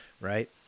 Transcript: Right